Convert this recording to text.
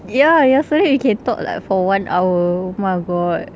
ya yesterday we can talk like for one hour oh my god